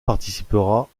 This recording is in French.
participera